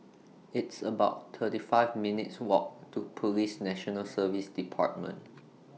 It's about thirty five minutes' Walk to Police National Service department